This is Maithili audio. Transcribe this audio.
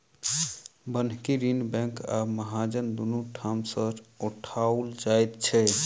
बन्हकी ऋण बैंक आ महाजन दुनू ठाम सॅ उठाओल जाइत छै